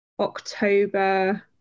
October